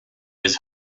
his